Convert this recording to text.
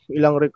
Ilang